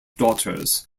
daughters